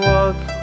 Walk